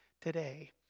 today